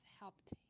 helped